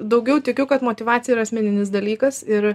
daugiau tikiu kad motyvacija yra asmeninis dalykas ir